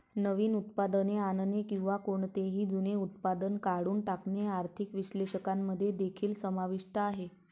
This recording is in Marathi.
नवीन उत्पादने आणणे किंवा कोणतेही जुने उत्पादन काढून टाकणे आर्थिक विश्लेषकांमध्ये देखील समाविष्ट आहे